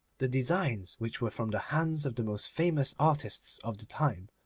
the designs, which were from the hands of the most famous artists of the time,